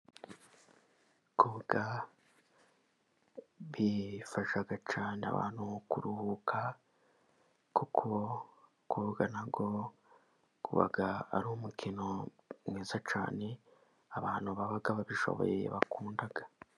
Koga bifasha cyane abantu mu kuruhuka, kuko koga na wo uba ari umukino mwiza cyane, abantu baba babishoboye bakunda.